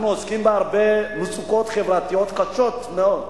אנחנו עוסקים בהרבה מצוקות חברתיות קשות מאוד.